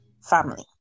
family